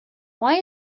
why